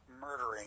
murdering